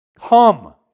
Come